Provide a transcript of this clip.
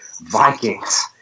Vikings